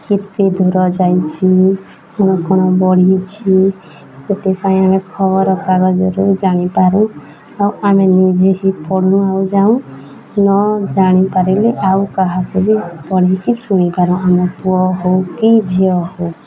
କେତେ ଦୂର ଯାଇଛି ଆଉ କ'ଣ ବଢ଼ିଛି ସେଥିପାଇଁ ଆମେ ଖବର କାଗଜରୁ ଜାଣିପାରୁ ଆଉ ଆମେ ନିଜେ ହିଁ ପଢ଼ୁ ଆଉ ଜାଣୁ ନ ଜାଣିପାରିଲେ ଆଉ କାହାକୁ ବି ପଢ଼ିକି ଶୁଣିପାରୁ ଆମେ ପୁଅ ହେଉ କି ଝିଅ ହେଉ